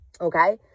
Okay